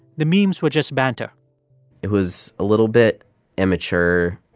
the memes were just banter it was a little bit immature,